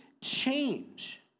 change